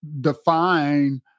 define